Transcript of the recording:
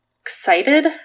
excited